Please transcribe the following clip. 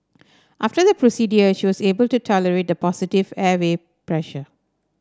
after the procedure she was able to tolerate the positive airway pressure